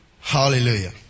Hallelujah